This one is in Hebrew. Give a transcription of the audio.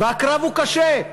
והקרב הוא קשה,